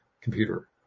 computer